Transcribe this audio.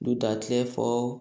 दुदांतले फोव